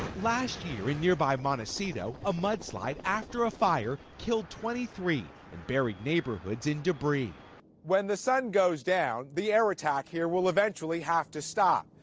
last year in nearby montecito, a mudslide after a fire killed twenty three and buried neighborhoods in debris when the sun goes down, down, the air attack here will eventually have to stop,